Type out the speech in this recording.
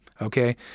Okay